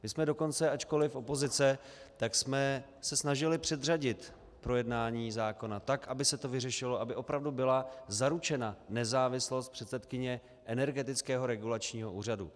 My jsme se dokonce, ačkoliv opozice, snažili předřadit projednání zákona tak, aby se to vyřešilo, aby opravdu byla zaručena nezávislost předsedkyně Energetického regulačního úřadu.